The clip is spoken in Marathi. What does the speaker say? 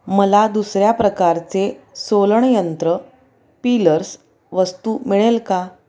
मला दुसऱ्या प्रकारचे सोलणयंत्र पीलर्स वस्तू मिळेल का